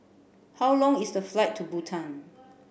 how long is the flight to Bhutan